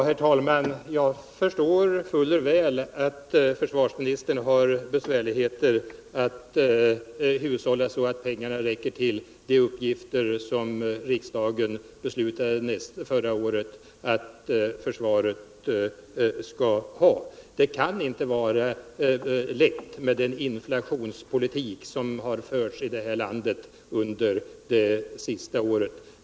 Herr talman! Jag förstår fuller väl att försvarsministern har besvärligheter att hushålla så att pengarna räcker till de uppgifter som riksdagen förra året beslutade att försvaret skall ha. Det kan inte vara lätt, med den inflationspolitik som har förts i det här landet under det senaste året.